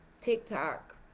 TikTok